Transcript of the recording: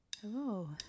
Hello